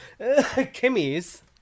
Kimmy's